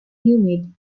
humid